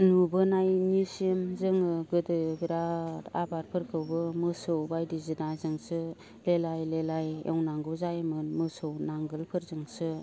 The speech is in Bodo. नुबोनायनिसिम जोङो गोदो बिराद आबादफोरखौबो मोसै बायदिसिनाजोंसो लेलाय लेलाय एवनांगौ जायोमोन मोसौ नांगोलफोरजोंसो